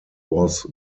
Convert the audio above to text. was